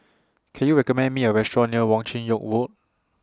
Can YOU recommend Me A Restaurant near Wong Chin Yoke Walk